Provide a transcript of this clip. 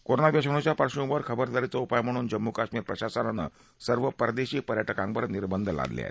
corona विषाणूच्या पार्श्वभूमीवर खबरदारीचा उपाय म्हणून जम्मू काश्मीर प्रशासनानं सर्व परदेशी पर्याक्रांवर निर्बंध लादले आहेत